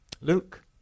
Luke